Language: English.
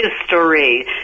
history